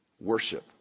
worship